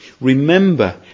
Remember